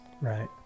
Right